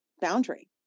boundary